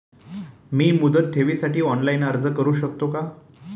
मी मुदत ठेवीसाठी ऑनलाइन अर्ज करू शकतो का?